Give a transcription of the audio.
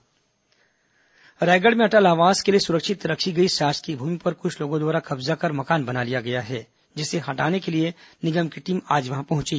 रायगढ अवैध मकान रायगढ़ में अटल आवास के लिए सुरक्षित रखी गई शासकीय भूमि पर कुछ लोगों द्वारा कब्जा कर मकान बना लिया गया है जिसे हटाने के लिए निगम की टीम आज वहां पहुंची